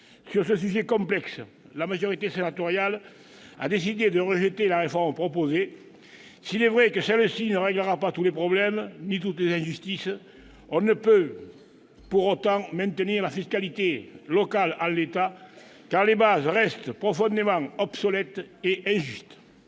Sur ce sujet complexe, la majorité sénatoriale a décidé de rejeter la réforme proposée. S'il est vrai que celle-ci ne réglera pas tous les problèmes ni toutes les injustices, on ne peut, pour autant, pas maintenir la fiscalité locale en l'état, car les bases restent profondément obsolètes et injustes.